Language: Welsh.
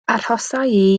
arhosai